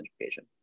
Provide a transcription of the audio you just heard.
education